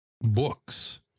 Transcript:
books